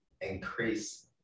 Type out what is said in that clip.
increase